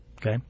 okay